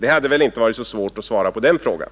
Det hade väl inte varit så svårt att svara på den frågan.